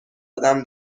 زدم